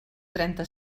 trenta